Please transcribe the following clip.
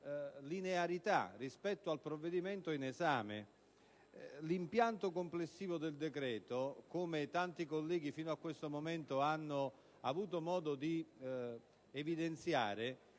linearità rispetto al provvedimento in esame. L'impianto complessivo del decreto, come tanti colleghi fino a questo momento hanno avuto modo di evidenziare,